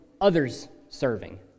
others-serving